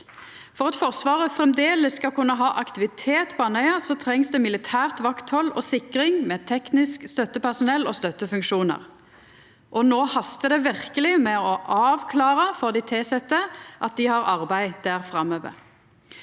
For at Forsvaret framleis skal kunna ha aktivitet på Andøya, trengst det militært vakthald og sikring med teknisk støttepersonell og støttefunksjonar. No hastar det verkeleg med å avklara for dei tilsette at dei har arbeid der framover.